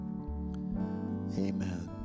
Amen